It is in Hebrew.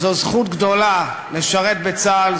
זו זכות גדולה לשרת בצה"ל,